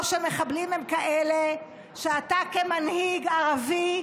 או שמחבלים הם כאלה שאתה, כמנהיג ערבי,